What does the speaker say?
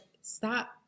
stop